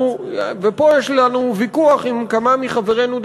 ופה יש לנו ויכוח עם כמה מחברינו,